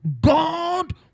god